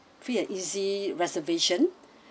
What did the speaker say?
free and easy reservation